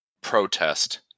protest